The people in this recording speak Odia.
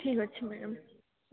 ଠିକ୍ ଅଛି ମ୍ୟାଡ଼ମ୍